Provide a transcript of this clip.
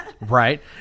Right